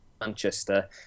Manchester